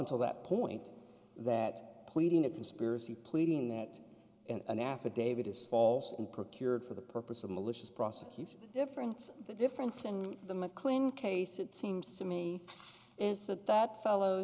until that point that pleading a conspiracy pleading that in an affidavit is false and procured for the purpose of malicious prosecution different the different and the mclean case it seems to me is that that fellow